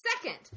Second